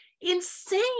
insane